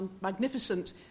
magnificent